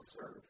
serve